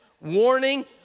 warning